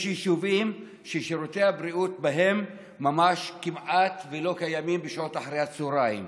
יש יישובים ששירותי הבריאות בהם ממש כמעט לא קיימים בשעות אחר הצוהריים.